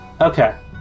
Okay